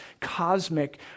cosmic